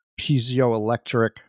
piezoelectric